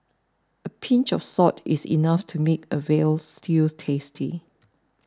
a pinch of salt is enough to make a Veal Stew tasty